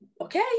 okay